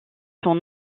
son